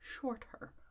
shorter